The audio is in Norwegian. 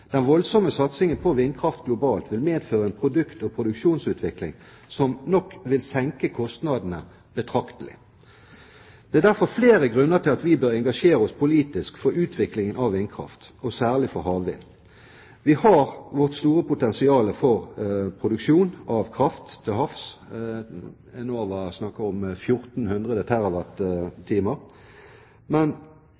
Den voldsomme satsingen på vindkraft globalt vil medføre en produkt- og produksjonsutvikling som nok vil senke kostnadene betraktelig. Det er derfor flere grunner til at vi bør engasjere oss politisk for utviklingen av vindkraft, og særlig for havvind. Vi har et stort potensial for produksjon av kraft til havs. Enova snakker om